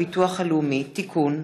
הצעת חוק הביטוח הלאומי (תיקון,